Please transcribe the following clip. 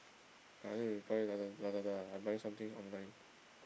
I need to reply LAza~ Lazada I buying some things online